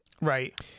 Right